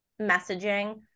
messaging